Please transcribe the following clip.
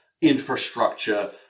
infrastructure